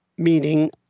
Meaning